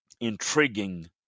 intriguing